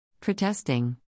Protesting